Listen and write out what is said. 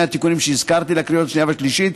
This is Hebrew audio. התיקונים שהזכרתי לקריאות השנייה והשלישית,